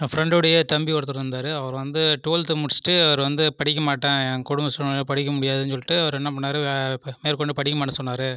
என் ஃப்ரண்டோடய தம்பி ஒருத்தரு வந்தார் அவர் வந்து டுவல்த்து முடிச்சுட்டு அவர் வந்து படிக்கமாட்டேன் என் குடும்ப சூழ்நில படிக்க முடியாதுன்னு சொல்லிவிட்டு அவர் என்ன பண்ணார் மேற்கொண்டு படிக்கமாட்டேனு சொன்னார்